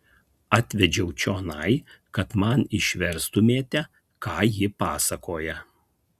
atvedžiau čionai kad man išverstumėte ką ji pasakoja